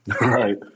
Right